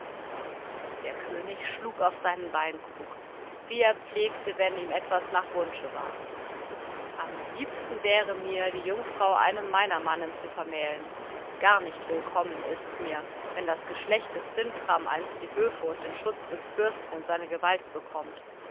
der könig schlug auf seinen weinkrug wie er pflegte wenn ihm etwas nach wunsche war am liebsten wäre mir die jungfrau einem meiner mannen zu vermählen gar nicht willkommen ist mir wenn das geschlecht des sintram einst die höfe und den schutz des fürsten in seine gewalt bekommt